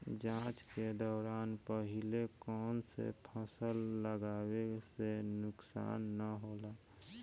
जाँच के दौरान पहिले कौन से फसल लगावे से नुकसान न होला?